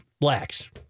blacks